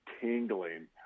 tingling